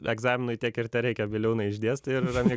egzaminui tiek ir tereikia biliūną išdėstai ir rami